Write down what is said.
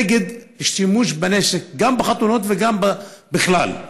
נגד שימוש בנשק, גם בחתונות וגם בכלל.